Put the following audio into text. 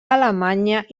alemanya